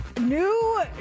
new